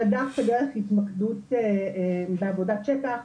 אלא דווקא דרך התמקדות בעבודה שטח,